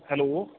hello